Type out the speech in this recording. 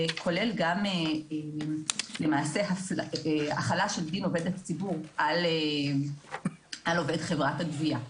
שכולל גם למעשה החלה של דין עובד ציבור על עובד חברת הגבייה.